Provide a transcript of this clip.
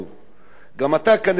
גם אתה כנראה לא התפלאת.